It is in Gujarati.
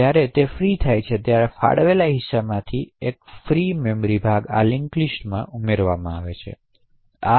જ્યારે ફ્રી થાય છે ત્યારે ફાળવેલ હિસ્સામાંથી એક ફ્રી થઈ જાય છે અને લિંક લિસ્ટમાં ઉમેરવામાં આવે છે